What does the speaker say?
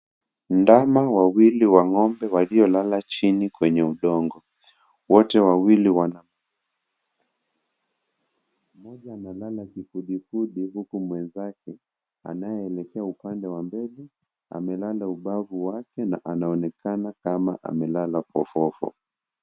Ndana wawili wa ngombe waliolala chini kwenye udongo. Wote wawili wana moja analala kifudifudi huku mwenzake anayeekea upande wa mbele amelala ubavu wake na anaonekana kama amelala fofofo.